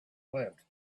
lived